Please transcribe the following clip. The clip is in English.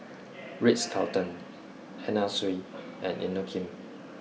Ritz Carlton Anna Sui and Inokim